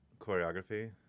choreography